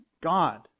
God